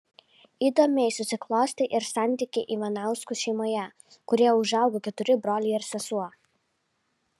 įdomiai susiklostė ir santykiai ivanauskų šeimoje kurioje užaugo keturi broliai ir sesuo